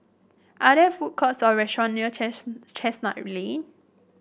are there food courts or restaurant near Chestnut Lane